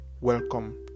welcome